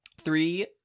three